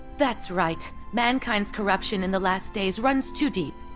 that's right. mankind's corruption in the last days runs too deep.